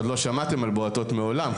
עוד לא שמעתם על 'בועטות' מעולם,